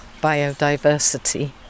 biodiversity